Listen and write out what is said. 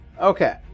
Okay